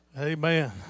Amen